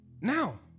Now